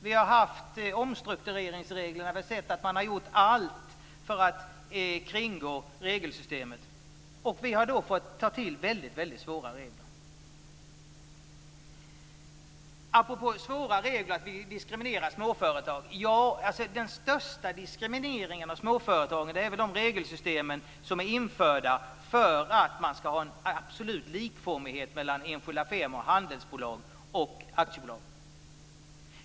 Vi har ju haft omstruktureringsregler då vi sett att man gjort allt för att kringgå regelsystemet och har fått ta till väldigt svåra regler. Apropå svåra regler och att vi diskriminerar småföretag. Ja, den största diskrimineringen av småföretag är väl de regelsystem som har införts för att få en absolut likformighet mellan enskild firma, handelsbolag och aktiebolag.